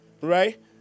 right